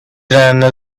and